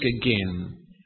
again